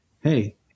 hey